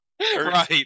right